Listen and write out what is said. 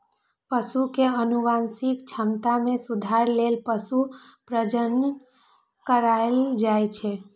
पशु के आनुवंशिक क्षमता मे सुधार लेल पशु प्रजनन कराएल जाइ छै